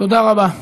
תודה רבה.